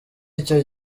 icyo